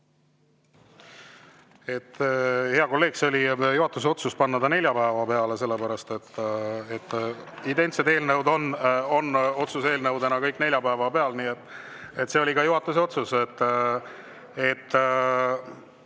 Hea kolleeg! See oli juhatuse otsus panna ta neljapäeva peale, sellepärast et identsed otsuse eelnõud on kõik neljapäeva peal. Nii et see oli ka juhatuse otsus,